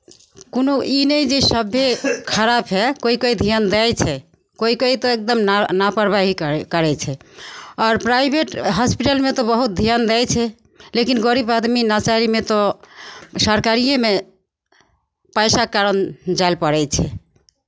कोनो ई नहि जे सभे खराब छै कोइ कोइ ध्यान दै छै कोइ कोइ तऽ एकदम ना लापरवाही करै करै छै आओर प्राइभेट हॉस्पिटलमे तऽ बहुत ध्यान दै छै लेकिन गरीब आदमी लाचारीमे तऽ सरकारिएमे पैसाके कारण जाय लए पड़ै छै